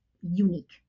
unique